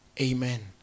Amen